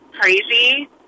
crazy